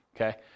okay